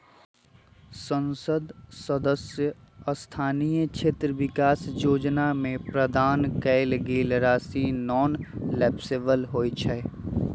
संसद सदस्य स्थानीय क्षेत्र विकास जोजना में प्रदान कएल गेल राशि नॉन लैप्सबल होइ छइ